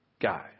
guy